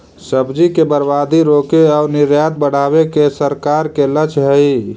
सब्जि के बर्बादी रोके आउ निर्यात बढ़ावे के सरकार के लक्ष्य हइ